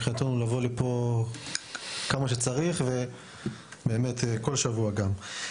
מבחינתנו לבוא לפה כמה שצריך, כל שבוע גם.